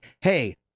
Hey